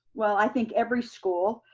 well i think every school,